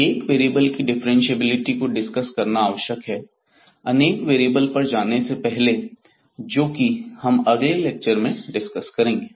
एक वेरिएबल की डिफ्रेंशिएबिलिटी को डिस्कस करना आवश्यक है अनेक वेरिएबल पर जाने से पहले जो कि हम अगले लेक्चर में डिस्कस करेंगे